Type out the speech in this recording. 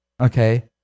Okay